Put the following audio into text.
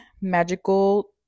magical